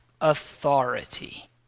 authority